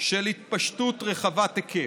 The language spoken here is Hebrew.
של התפשטות רחבת היקף.